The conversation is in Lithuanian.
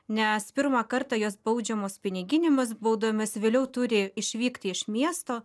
nes pirmą kartą jos baudžiamos piniginėmis baudomis vėliau turi išvykti iš miesto